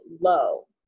low